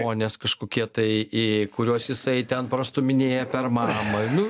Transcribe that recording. o nes kažkokie tai į kuriuos jisai ten prastūminėja per mamą